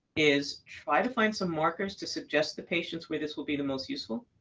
is try to find some markers to suggest the patients where this will be the most useful.